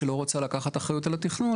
שלא רוצה לקחת אחריות על התכנון,